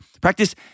practice